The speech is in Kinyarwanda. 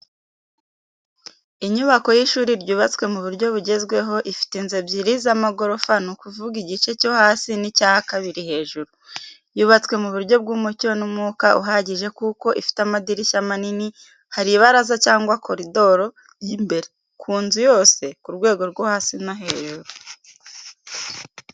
Inyubako y’ishuri ryubatswe mu buryo bugezweho, ifite inzu ebyiri z’amagorofa ni ukuvuga igice cyo hasi n’icya kabiri hejuru. yubatswe mu buryo bw’umucyo n’umwuka uhagije kuko ifite amadirishya manini hari ibaraza cyangwa koridoro y’imbere, ku nzu yose, ku rwego rwo hasi no hejuru.